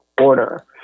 order